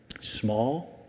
Small